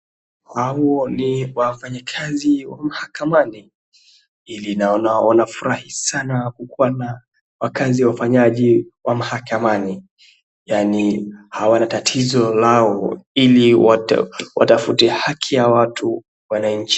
Hao ni wafanyakazi wa mahakamani ili naona wamefurahi sana kukuwa na kazi ya ufanyaji wa mahakamani, yaani hawana tatizo lao ili watafute haki ya watu wananchi.